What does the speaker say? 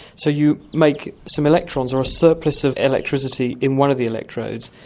so you make some electrons or a surplus of electricity in one of the electrodes,